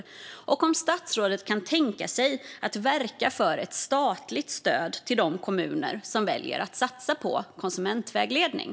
Jag undrar också om statsrådet kan tänka sig att verka för ett statligt stöd till de kommuner som väljer att satsa på konsumentvägledning.